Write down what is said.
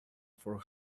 for